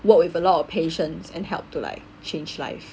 work with a lot of patients and help to like change life